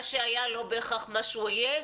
מה שהיה לא בהכרח מה שיהיה.